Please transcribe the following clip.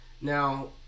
Now